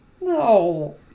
No